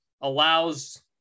allows